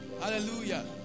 hallelujah